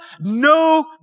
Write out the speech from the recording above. no